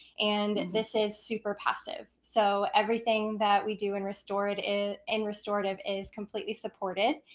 and this is super passive. so everything that we do and restore it is in restorative is completely supported,